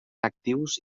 actius